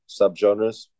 subgenres